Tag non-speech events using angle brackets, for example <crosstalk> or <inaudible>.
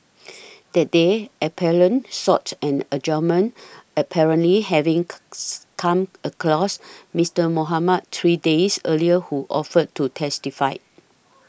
that day appellant sought an adjournment apparently having <noise> come across Mister Mohamed three days earlier who offered to testify